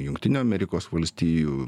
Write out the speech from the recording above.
jungtinių amerikos valstijų